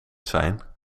zijn